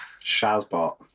Shazbot